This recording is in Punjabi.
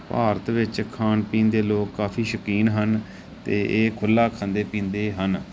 ਭਾਰਤ ਵਿੱਚ ਖਾਣ ਪੀਣ ਦੇ ਲੋਕ ਕਾਫ਼ੀ ਸ਼ੌਕੀਨ ਹਨ ਅਤੇ ਇਹ ਖੁੱਲ੍ਹਾ ਖਾਂਦੇ ਪੀਂਦੇ ਹਨ